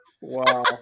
wow